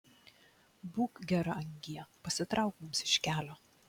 būk gera angie pasitrauk mums iš kelio